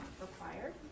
required